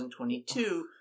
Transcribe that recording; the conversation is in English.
2022